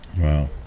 Wow